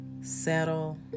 settle